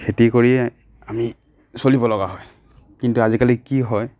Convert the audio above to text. খেতি কৰি আমি চলিব লগা হয় কিন্তু আজিকালি কি হয়